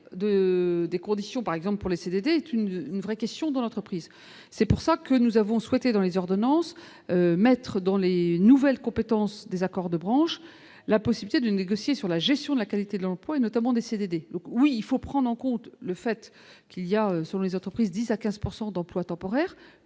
des conditions par exemple pour les CDD est une vraie question dans l'entreprise, c'est pour ça que nous avons souhaité dans les ordonnances, maître dans les nouvelles compétences des accords de branche, la possible, c'est une négocier sur la gestion de la qualité de l'emploi et notamment des CDD, oui il faut prendre en compte le fait qu'il y a sur les entreprises 10 à 15 pourcent d'emplois temporaires